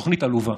תוכנית עלובה.